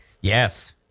Yes